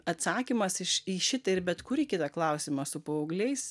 atsakymas į šitą ir bet kurį kitą klausimą su paaugliais